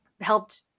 helped